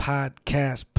Podcast